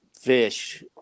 fish